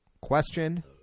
question